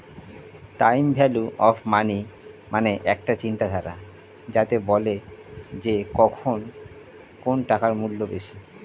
time value of money মানে একটা চিন্তাধারা যাতে বলে যে এখন কোন টাকার মূল্য বেশি